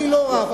אני לא רב,